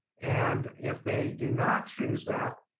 and if they do not choose that,